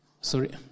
sorry